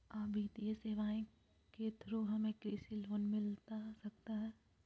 आ वित्तीय सेवाएं के थ्रू हमें कृषि लोन मिलता सकता है?